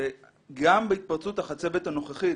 גם בהתפרצות החצבת הנוכחית,